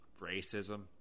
racism